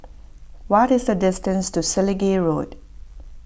what is the distance to Selegie Road